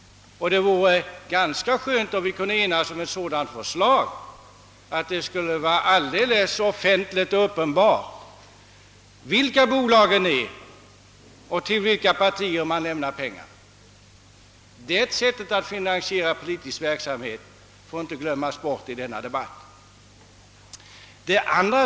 Det vore skönt om vi kunde enas om ett förslag som gjorde att det blev uppenbart vilka bolagen är och till vilka partier de lämnar pengar. Det sättet att finansiera politisk verksamhet får inte glömmas bort i denna debatt.